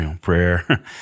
prayer